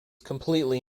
completely